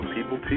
People